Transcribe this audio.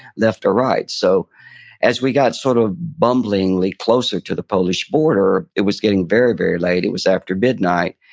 left or right? so as we got sort of bumblingly closer to the polish border, it was getting very, very late. it was after midnight,